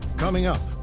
coming up.